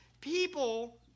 people